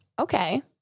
Okay